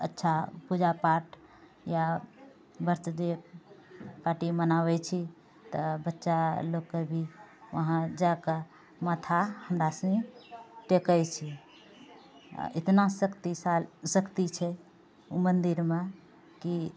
अच्छा पूजा पाठ या बर्थ डे पार्टी मनाबै छी तऽ बच्चा लोकके भी वहाँ जाकऽ माथा हमरासनी टेकै छी एतना शक्तिशा शक्ति छै ओहि मन्दिरमे कि